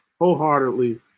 wholeheartedly